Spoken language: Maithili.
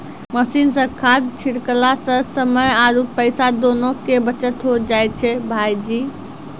मशीन सॅ खाद छिड़कला सॅ समय आरो पैसा दोनों के बचत होय जाय छै भायजी